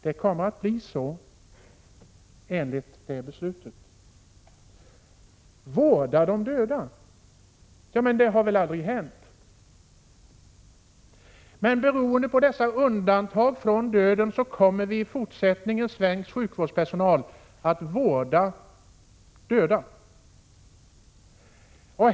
Det kommer att bli så efter riksdagsbeslutet. Vårda de döda — det har väl aldrig hänt? Beroende på dessa undantag från döden kommer emellertid svensk sjukvårdspersonal i fortsättningen att vårda döda.